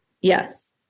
Yes